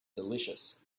delicious